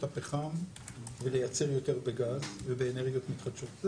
הפחם ולייצר יותר בגז ובאנרגיות מתחדשות.